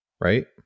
right